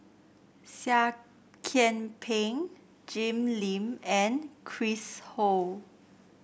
Seah Kian Peng Jim Lim and Chris Ho